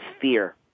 fear